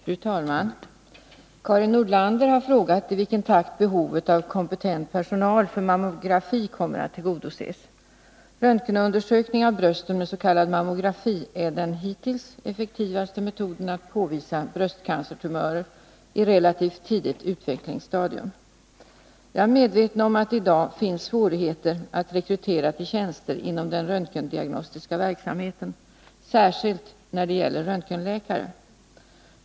Fru talman! Karin Nordlander har frågat i vilken takt behovet av kompetent personal för mammografi kommer att tillgodoses. Röntgenundersökning av brösten med s.k. mammografi är den hittills effektivaste metoden att påvisa bröstecancertumörer i relativt tidigt utvecklingsstadium. Jag är medveten om att det i dag finns svårigheter att rekrytera till tjänster inom den röntgendiagnostiska verksamheten, särskilt när det gäller röntgenläkare.